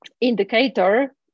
indicator